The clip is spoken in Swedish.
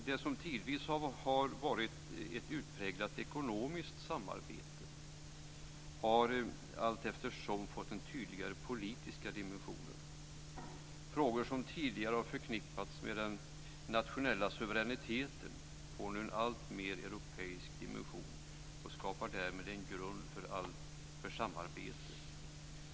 Det som tidvis har varit ett utpräglat ekonomiskt samarbete har allteftersom fått tydligare politiska dimensioner. Frågor som tidigare har förknippats med den nationella suveräniteten får nu en alltmer europeisk dimension och skapar därmed en grund för samarbete.